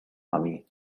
army